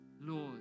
Lord